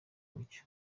mucyo